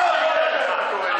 חצוף כזה.